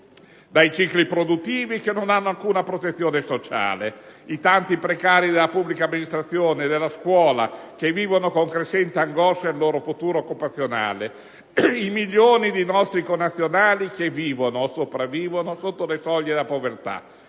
dai cicli produttivi e che non hanno alcuna protezione sociale; i tanti precari della pubblica amministrazione e della scuola, che vivono con crescente angoscia il loro futuro occupazionale; milioni di nostri connazionali che vivono, o sopravvivono, sotto la soglia della povertà;